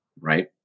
Right